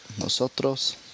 Nosotros